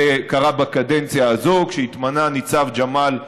זה קרה בקדנציה הזאת, כשהתמנה ניצב ג'מאל חכרוש.